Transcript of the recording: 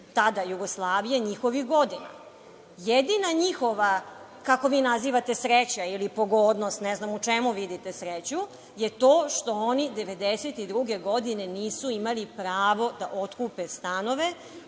tada Jugoslavije, njihovih godina. Jedina njihova, kako vi nazivate, sreća ili pogodnost, ne znam u čemu vidite sreću, je to što oni 1992. godine nisu imali pravo da otkupe stanove,